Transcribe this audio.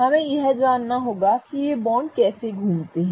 हमें यह भी जानना होगा कि ये बॉन्ड कैसे घूमते हैं